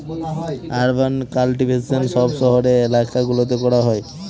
urban cultivation সব শহরের এলাকা গুলোতে করা হয়